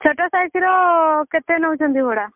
ଛୋଟ ସାଇଜ୍ର କେତେ ନେଉଛନ୍ତି ଭଡ଼ା